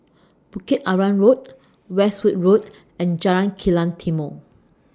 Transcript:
Bukit Arang Road Westwood Road and Jalan Kilang Timor